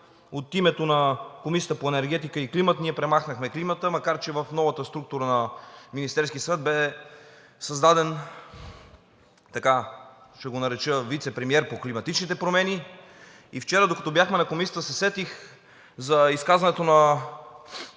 от името на Комисията по енергетика и климат ние премахнахме климата, макар че в новата структура на Министерския съвет беше създаден, така ще го нарека вицепремиер по климатичните промени. Вчера, докато бяхме на Комисията, се сетих за изказването на